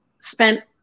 spent